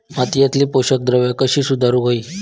मातीयेतली पोषकद्रव्या कशी सुधारुक होई?